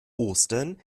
ostern